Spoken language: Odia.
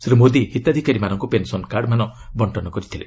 ଶ୍ରୀ ମୋଦି ହିତାଧିକାରୀମାନଙ୍କ ପେନ୍ସନ୍ କାର୍ଡ଼ମାନ ବଣ୍ଟନ କରିଛନ୍ତି